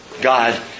God